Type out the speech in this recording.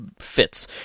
fits